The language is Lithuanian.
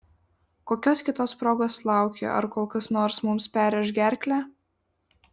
kokios kitos progos lauki ar kol kas nors mums perrėš gerklę